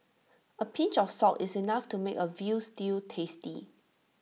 A pinch of salt is enough to make A Veal Stew tasty